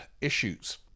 issues